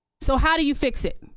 so how do you fix it?